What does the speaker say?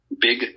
Big